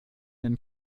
den